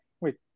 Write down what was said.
wait